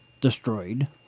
destroyed